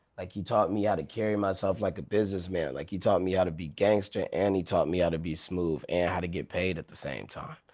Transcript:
like he taught me how to carry myself like a businessman, like he taught me how to be gangster and he taught me how to be smooth, and how to get paid at the same time,